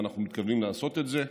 ואנחנו מתכוונים לעשות את זה.